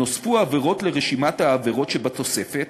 נוספו עבירות לרשימת העבירות שבתוספת